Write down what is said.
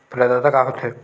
प्रदाता का हो थे?